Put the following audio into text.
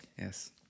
Yes